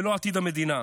ולא עתיד המדינה,